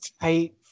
tight